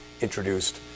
introduced